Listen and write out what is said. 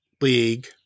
League